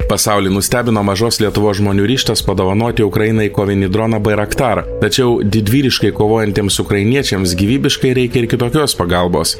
pasaulį nustebino mažos lietuvos žmonių ryžtas padovanoti ukrainai kovinį droną bairaktar tačiau didvyriškai kovojantiems ukrainiečiams gyvybiškai reikia ir kitokios pagalbos